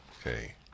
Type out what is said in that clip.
Okay